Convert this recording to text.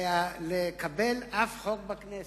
לקבל אף חוק בכנסת.